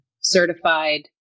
certified